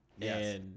Yes